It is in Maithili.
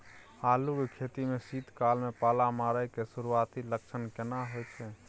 आलू के खेती में शीत काल में पाला मारै के सुरूआती लक्षण केना होय छै?